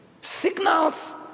signals